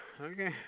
Okay